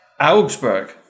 Augsburg